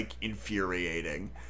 infuriating